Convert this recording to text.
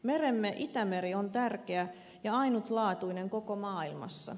meremme itämeri on tärkeä ja ainutlaatuinen koko maailmassa